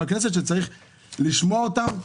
יש יועצים משפטיים גם בכנסת שצריך לשמוע אותם,